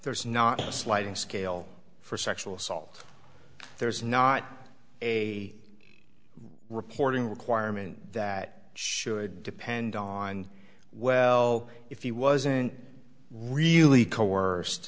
there's not a sliding scale for sexual assault there's not a reporting requirement that should depend on well if he wasn't really co